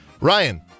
Ryan